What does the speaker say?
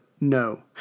no